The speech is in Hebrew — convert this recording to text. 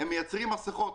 שמייצר מסכות,